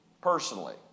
personally